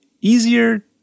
easier